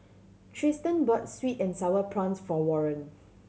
Triston bought sweet and Sour Prawns for Warren